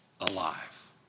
alive